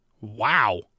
Wow